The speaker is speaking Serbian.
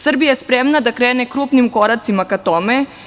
Srbija je spremna da krene krupnim koracima ka tome.